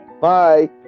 Bye